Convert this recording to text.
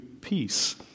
peace